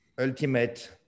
ultimate